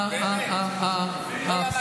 באמת, לא למדת כלום?